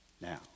Now